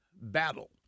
battle